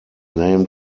named